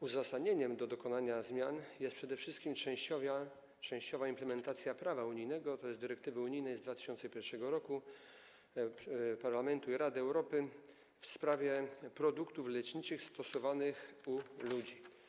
Uzasadnieniem do dokonania zmian jest przede wszystkim częściowa implementacja prawa unijnego, tj. dyrektywy unijnej z 2001 r. Parlamentu Europejskiego i Rady w sprawie produktów leczniczych stosowanych u ludzi.